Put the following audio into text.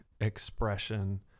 expression